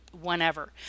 whenever